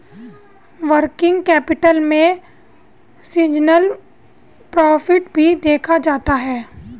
working capital में seasonal profit भी देखा जाता है